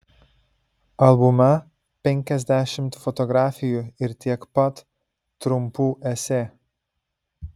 albume penkiasdešimt fotografijų ir tiek pat trumpų esė